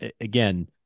again